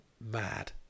mad